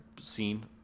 scene